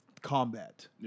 combat